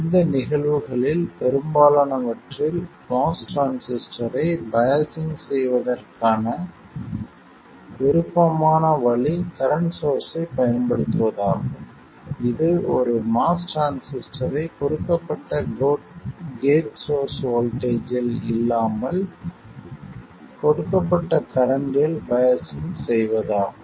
இந்த நிகழ்வுகளில் பெரும்பாலானவற்றில் MOS டிரான்சிஸ்டரை பையாஸ்ஸிங் செய்வதற்கான விருப்பமான வழி கரண்ட் சோர்ஸ்ஸைப் பயன்படுத்துவதாகும் இது ஒரு MOS டிரான்சிஸ்டரை கொடுக்கப்பட்ட கேட் சோர்ஸ் வோல்ட்டேஜ்ஜில் இல்லாமல் கொடுக்கப்பட்ட கரண்ட்டில் பையாஸ்ஸிங் செய்வதாகும்